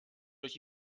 durch